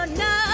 no